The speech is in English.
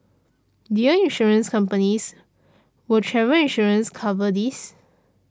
dear Insurance companies will travel insurance cover this